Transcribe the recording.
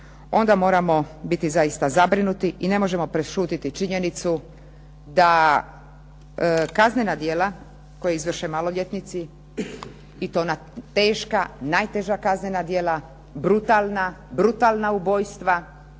onda moramo biti zaista zabrinuti i ne možemo prešutiti činjenicu da kaznena djela koje izvrše maloljetnici, i to ona teška najteža kaznena djela, brutalna ubojstva,